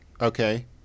Okay